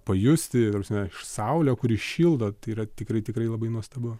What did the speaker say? pajusti ta prasme saulę kuri šildo tai yra tikrai tikrai labai nuostabu